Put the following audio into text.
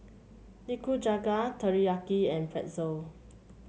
Nikujaga Teriyaki and Pretzel